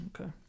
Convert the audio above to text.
Okay